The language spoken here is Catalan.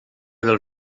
del